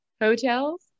hotels